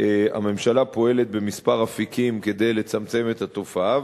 הממשלה פועלת בכמה אפיקים כדי לצמצם את התופעה,